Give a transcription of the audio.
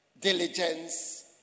diligence